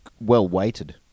well-weighted